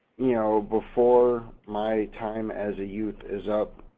you know, before my time as a youth is up,